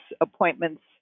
Appointments